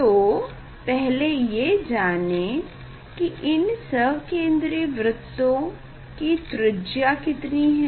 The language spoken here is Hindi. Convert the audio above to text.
तो पहले ये जाने की इन संकेंद्री वृत्तों की त्रिज्या कितनी है